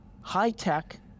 high-tech